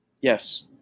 yes